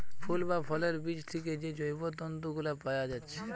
ফুল বা ফলের বীজ থিকে যে জৈব তন্তু গুলা পায়া যাচ্ছে